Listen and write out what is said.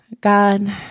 God